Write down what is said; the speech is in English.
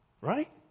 Right